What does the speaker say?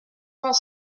vingt